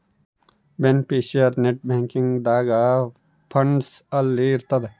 beneficiary net banking ದಾಗ funds ಅಲ್ಲಿ ಇರ್ತದ